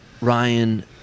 Ryan